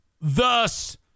thus